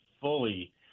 fully